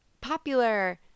popular